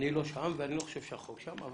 אני לא שם ואני לא חושב שהחוק שם.